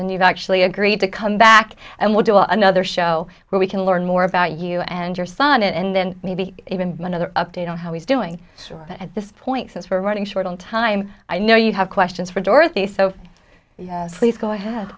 and you've actually agreed to come back and we'll do another show where we can learn more about you and your son and then maybe even another update on how he's doing at this point since we're running short on time i know you have questions for dorothy so please go ahead